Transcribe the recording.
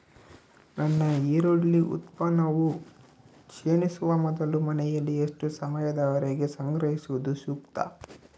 ನನ್ನ ಈರುಳ್ಳಿ ಉತ್ಪನ್ನವು ಕ್ಷೇಣಿಸುವ ಮೊದಲು ಮನೆಯಲ್ಲಿ ಎಷ್ಟು ಸಮಯದವರೆಗೆ ಸಂಗ್ರಹಿಸುವುದು ಸೂಕ್ತ?